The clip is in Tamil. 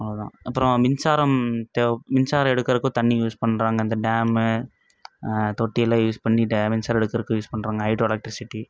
அவ்வளோதான் அப்புறம் மின்சாரம் தேவை மின்சாரம் எடுக்குறதுக்கும் தண்ணி யூஸ் பண்ணுறாங்க இந்த டேம் தொட்டி எல்லாம் யூஸ் பண்ணி மின்சாரம் எடுக்குறதுக்கு யூஸ் பண்ணுறாங்க ஹைட்ரோ எலக்ட்ரிசிட்டி